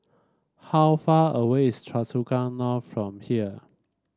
how far away is Choa Chu Kang North from here